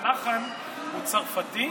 הלחן לשיר הוא צרפתי,